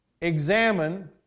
examine